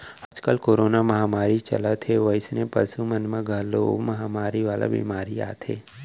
आजकाल कोरोना महामारी चलत हे वइसने पसु मन म घलौ महामारी वाला बेमारी आथे